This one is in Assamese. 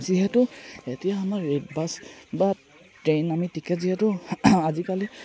যিহেতু এতিয়া আমাৰ বাছ বা ট্ৰেইন আমি টিকেট যিহেতু আজিকালি